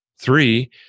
Three